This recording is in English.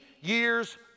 years